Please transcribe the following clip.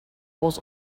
was